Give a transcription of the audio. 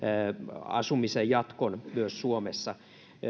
asumisen jatkon suomessa